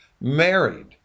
married